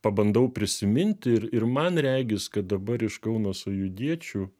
pabandau prisiminti ir ir man regis kad dabar iš kauno sąjūdiečių